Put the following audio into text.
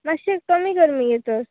मातशें कमी कर मगे चड